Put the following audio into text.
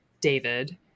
David